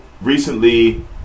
recently